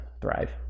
thrive